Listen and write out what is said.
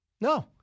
No